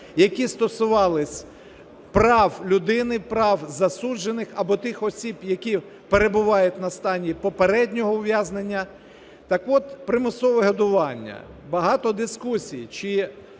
які стосувались прав людини, прав засуджених або тих осіб, які перебувають у стані попереднього ув'язнення. Так от примусове годування. Багато дискусій: чи